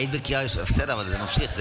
אבל זה נמשך.